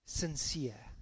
sincere